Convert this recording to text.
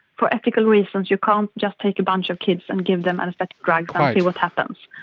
for ethical reasons you can't just take a bunch of kids and give them anaesthetic drugs and see what happens,